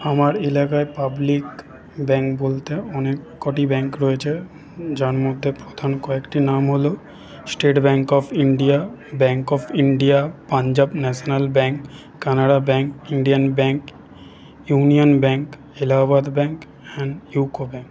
আমার এলাকায় public bank বলতে অনেক কটি ব্যাঙ্ক রয়েছে যার মধ্যে প্রথম কয়েকটির নাম হলো state bank of India bank of India Punjab national bank Canara bank Indian bank union bank Allahabad bank and UCO bank